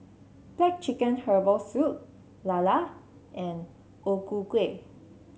black chicken Herbal Soup lala and O Ku Kueh